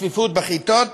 הצפיפות בכיתות